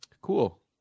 Cool